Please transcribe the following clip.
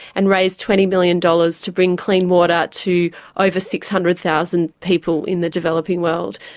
and raise twenty million dollars to bring clean water to over six hundred thousand people in the developing world.